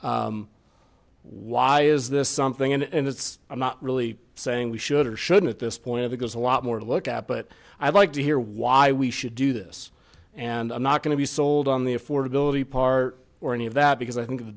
question why is this something and it's i'm not really saying we should or shouldn't at this point i think there's a lot more to look at but i'd like to hear why we should do this and i'm not going to be sold on the affordability part or any of that because i think